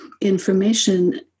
information